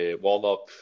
warm-up